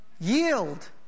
Yield